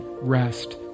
rest